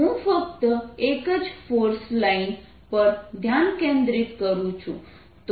હું ફક્ત એક જ ફોર્સ લાઈન પર ધ્યાન કેન્દ્રિત કરું છું